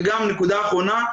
ונקודה אחרונה,